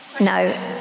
no